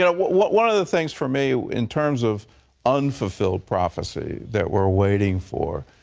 one of the things for me, in terms of unfulfilled prophecy, that we're waiting for,